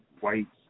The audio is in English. whites